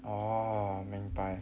oh 明白